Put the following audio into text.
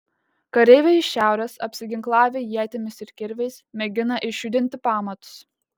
kareiviai iš šiaurės apsiginklavę ietimis ir kirviais mėgina išjudinti pamatus